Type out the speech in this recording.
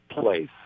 place